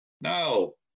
No